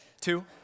Two